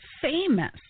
famous